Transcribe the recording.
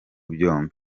byombi